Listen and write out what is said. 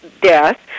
death